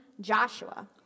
Joshua